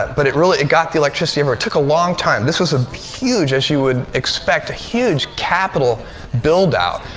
but it really it got the electricity. it took a long time. this was a huge as you would expect a huge capital build out.